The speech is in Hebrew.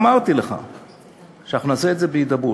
אמרתי לך שנעשה את זה בהידברות.